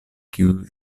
kiuj